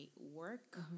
work